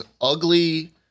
ugly